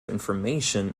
information